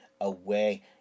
away